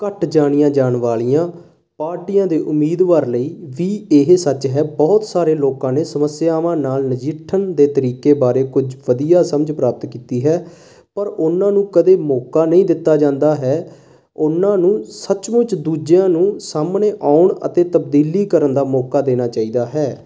ਘੱਟ ਜਾਣੀਆਂ ਜਾਣ ਵਾਲੀਆਂ ਪਾਰਟੀਆਂ ਦੇ ਉਮੀਦਵਾਰਾਂ ਲਈ ਵੀ ਇਹੀ ਸੱਚ ਹੈ ਬਹੁਤ ਸਾਰੇ ਲੋਕਾਂ ਨੇ ਸਮੱਸਿਆਵਾਂ ਨਾਲ ਨਜਿੱਠਣ ਦੇ ਤਰੀਕੇ ਬਾਰੇ ਕੁਝ ਵਧੀਆ ਸਮਝ ਪ੍ਰਾਪਤ ਕੀਤੀ ਹੈ ਪਰ ਉਨ੍ਹਾਂ ਨੂੰ ਕਦੇ ਮੌਕਾ ਨਹੀਂ ਦਿੱਤਾ ਜਾਂਦਾ ਹੈ ਉਹਨਾਂ ਨੂੰ ਸੱਚਮੁੱਚ ਦੂਜਿਆਂ ਨੂੰ ਸਾਹਮਣੇ ਆਉਣ ਅਤੇ ਤਬਦੀਲੀ ਕਰਨ ਦਾ ਮੌਕਾ ਦੇਣਾ ਚਾਹੀਦਾ ਹੈ